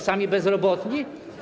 Sami bezrobotni?